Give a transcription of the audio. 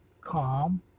calm